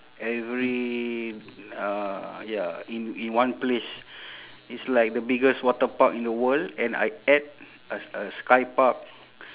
every uh ya in in one place it's like the biggest water park in the world and I add a a sky park